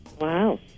Wow